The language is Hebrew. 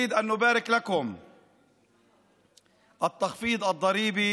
רוצים לברך אתכם על הפחתת המס שלמענה